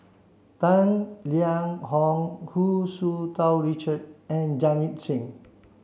Tang Liang Hong Hu Tsu Tau Richard and Jamit Singh